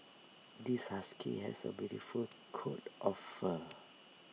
this husky has A beautiful coat of fur